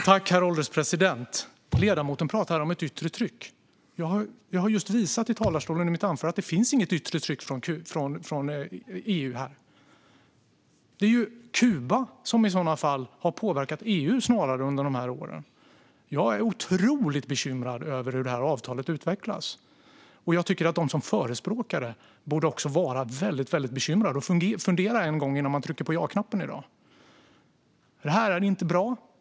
Herr ålderspresident! Ledamoten talar om ett yttre tryck. Jag har just visat i mitt anförande från talarstolen att det inte finns något yttre tryck från EU. Det är snarare Kuba som i så fall har påverkat EU under de här åren. Jag är otroligt bekymrad över hur avtalet utvecklas, och jag tycker att de som förespråkar det borde vara väldigt bekymrade och fundera en gång till innan man trycker på ja-knappen i dag. Det här är inte bra.